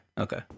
okay